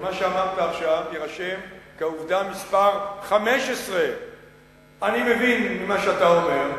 שמה שאמרת עכשיו יירשם כעובדה מספר 15. אני מבין ממה שאתה אומר,